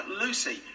lucy